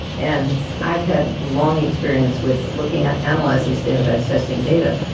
and i've had long experience with looking at analyzing standardized testing data.